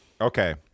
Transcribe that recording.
Okay